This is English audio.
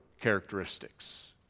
characteristics